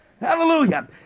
Hallelujah